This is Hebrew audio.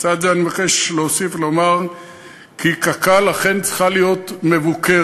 לצד זה אני מבקש להוסיף ולומר כי קק"ל אכן צריכה להיות מבוקרת.